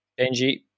Benji